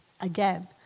again